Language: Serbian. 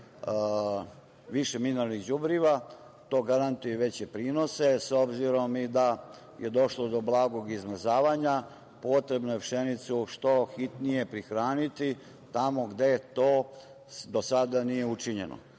više mineralnih đubriva, to garantuje i veće prinose, s obzirom da je došlo do blagog izmrzavanja, potrebno je pšenicu što hitnije prihraniti tamo gde to do sada nije učinjeno.S